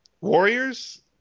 warriors